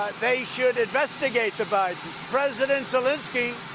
they should investigate the bidens. president zelensky,